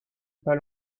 pas